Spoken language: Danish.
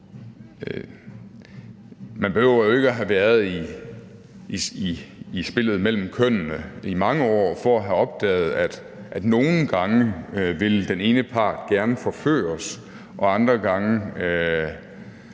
man behøver jo ikke at have været i spillet mellem kønnene i mange år for at have opdaget, at den ene part nogle gange gerne